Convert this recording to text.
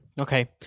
Okay